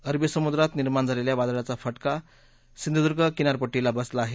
अरबी समुद्रात निर्माण झालेल्या वादळाचा फटका सिंधुदुर्ग किनारपट्टीला बसला आहे